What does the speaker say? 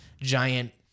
giant